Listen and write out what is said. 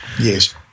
Yes